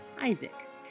Isaac